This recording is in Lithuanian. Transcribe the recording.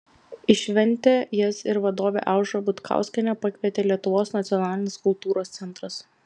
į šventę jas ir vadovę aušrą butkauskienę pakvietė lietuvos nacionalinis kultūros centras